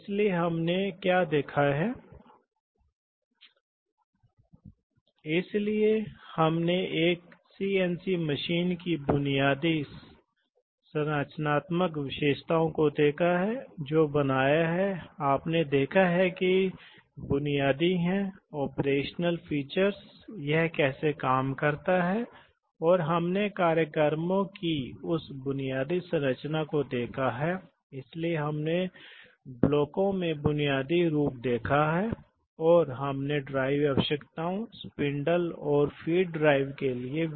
इसलिए हम उस पाठ के अंत में आते हैं जिसे हमने न्यूमेटिक्स वाल्व और एक्ट्यूएटर देखा है हमने कुछ तत्व देखे हैं जो न्यूमेटिक्स लॉजिक में उपयोग किए जाते हैं हमने कुछ नए विशिष्ट न्यूमेटिक्स अनुप्रयोग देखे हैं और हमने हाइड्रोलिक और कुछ मामलों में विद्युत सिस्टम के साथ तुलना की है